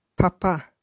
Papa